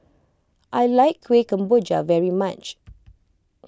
I like Kuih Kemboja very much